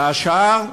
והשאר,